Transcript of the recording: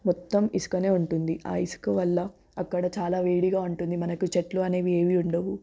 మొత్తం ఇసుకనే ఉంటుంది ఆ ఇసుక వల్ల అక్కడ చాలా వేడిగా ఉంటుంది మనకు చెట్లు అనేవి ఏవీ ఉండవు